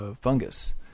fungus